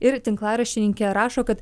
ir tinklaraštininkė rašo kad